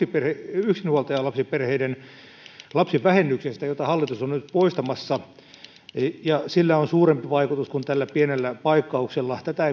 yksinhuoltajalapsiperheiden lapsivähennyksestä jota hallitus on on nyt poistamassa ja sillä on suurempi vaikutus kuin tällä pienellä paikkauksella tätä